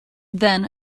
then